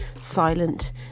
silent